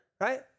right